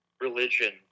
religion